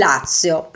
Lazio